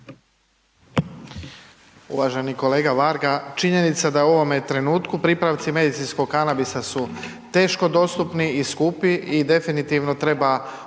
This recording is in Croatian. Uvaženi kolega Varga, činjenica da u ovome trenutku pripravci medicinskog kanabisa su teško dostupni i skupi i definitivno treba